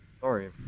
Sorry